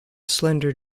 slender